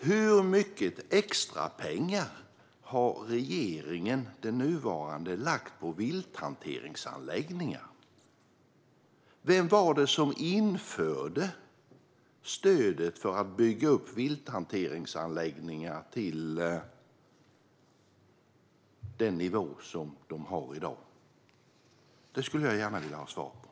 Hur mycket extrapengar har den nuvarande regeringen lagt på vilthanteringsanläggningar? Vem var det som införde stödet för att bygga upp vilthanteringsanläggningar till den nivå de har i dag? Detta skulle jag gärna vilja ha svar på.